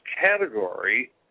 category